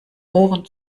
ohren